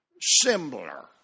similar